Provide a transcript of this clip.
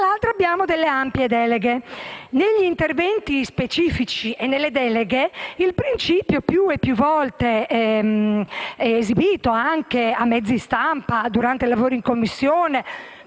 dall'altro abbiamo ampie deleghe. Negli interventi specifici e nelle deleghe c'è un principio più e più volte esibito, anche a mezzo stampa e durante i lavori in Commissione.